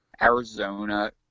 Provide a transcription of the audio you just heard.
Arizona